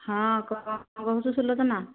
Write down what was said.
ହଁ କ'ଣ କହୁଛୁ ସୁଲୋଚନା